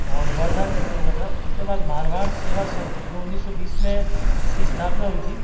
और वर्धा के अंदर हुआ था उसके बाद मारवाड़ सेवा संघ जो उन्नीस सौ बीस में जिसकी स्थापना हुई थी